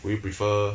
would you prefer